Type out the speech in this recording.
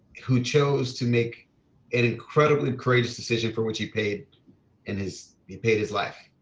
who chose to make an incredibly courageous decision for which he paid and his he paid his life.